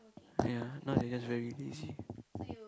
ya now they're just very lazy